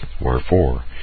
Wherefore